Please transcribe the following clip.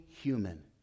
human